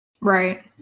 Right